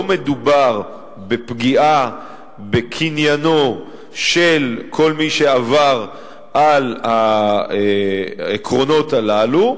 לא מדובר בפגיעה בקניינו של כל מי שעבר על העקרונות הללו,